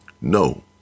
No